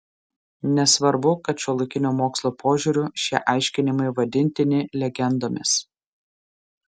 nesvarbu kad šiuolaikinio mokslo požiūriu šie aiškinimai vadintini legendomis